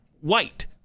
white